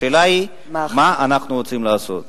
השאלה היא מה אנחנו רוצים לעשות.